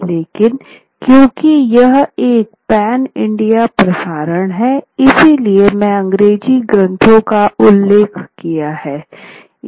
लेकिन क्योंकि यह एक पैन इंडिया प्रसारण है इसलिए मैंने अंग्रेजी ग्रंथों का उल्लेख किया है